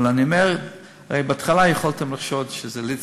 אבל אני אומר שבהתחלה יכולתם לחשוד שזה ליצמן,